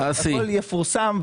הכול יפורסם,